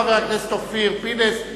חבר הכנסת אופיר פינס.